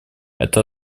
это